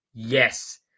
Yes